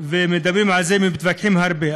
ומדברים על זה ומתווכחים הרבה,